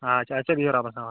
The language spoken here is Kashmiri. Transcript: آچھا اَچھا بِہِو رۄبَس حَوال